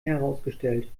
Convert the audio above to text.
herausgestellt